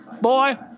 boy